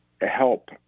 help